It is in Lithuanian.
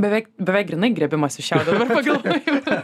beveik beveik grynai griebimasis šiaudo dabar pagalvojau